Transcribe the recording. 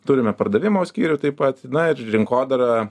turime pardavimo skyrių taip pat na ir rinkodara